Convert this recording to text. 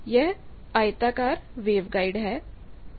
यह आयताकार वेवगाइड है